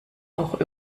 auch